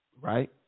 right